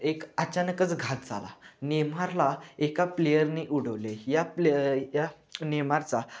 एक अचानकच घात झाला नेमारला एका प्लेयरनी उडवले या प्लेय या नेमारचा